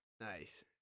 Nice